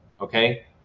Okay